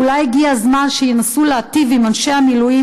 אולי הגיע הזמן שינסו להיטיב עם אנשי המילואים,